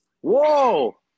whoa